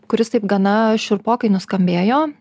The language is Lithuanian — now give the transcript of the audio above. kuris taip gana šiurpokai nuskambėjo